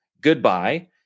Goodbye